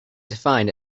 defined